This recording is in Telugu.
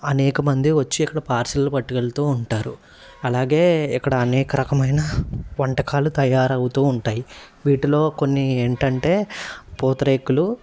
అనేకమంది వచ్చి ఇక్కడ పార్సిల్ పట్టుకెళ్తూ ఉంటారు అలాగే ఇక్కడ అనేక రకమైన వంటకాలు తయారవుతూ ఉంటాయి వీటిలో కొన్ని ఏంటంటే పూతరేకులు